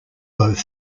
both